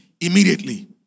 immediately